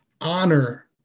honor